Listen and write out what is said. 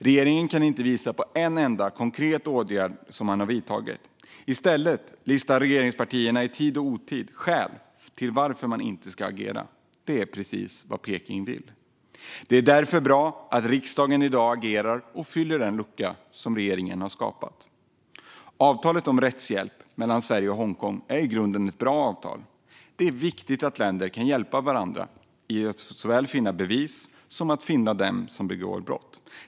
Regeringen kan inte visa på en enda konkret åtgärd som man har vidtagit. I stället listar regeringspartierna i tid och otid skäl till att man inte ska agera. Det är precis vad Peking vill. Det är därför bra att riksdagen i dag agerar och fyller den lucka som regeringen har skapat. Avtalet om rättshjälp mellan Sverige och Hongkong är i grunden ett bra avtal. Det är viktigt att länder kan hjälpa varandra i att finna såväl bevis som dem som begår brott.